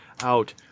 out